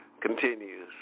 continues